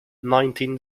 nineteen